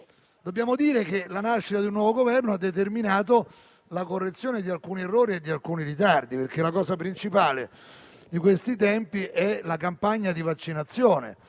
Dobbiamo dire che la nascita di un nuovo Governo ha determinato la correzione di alcuni errori e ritardi, perché la cosa principale di questi tempi è la campagna di vaccinazione,